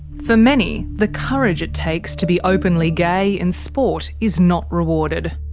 for many, the courage it takes to be openly gay in sport is not rewarded.